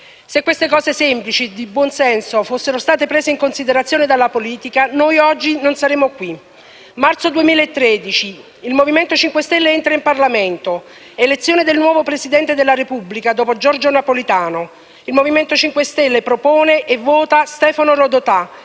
Se queste cose semplici e di buon senso fossero state prese in considerazione dalla politica, noi oggi non saremmo qui. Marzo 2013: il Movimento 5 Stelle entra in Parlamento. Elezione del nuovo Presidente della Repubblica, dopo Giorgio Napolitano: il Movimento 5 Stelle propone e vota Stefano Rodotà